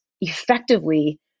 effectively